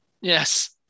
yes